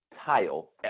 tile